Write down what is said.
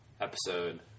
episode